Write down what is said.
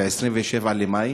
ב-27 במאי.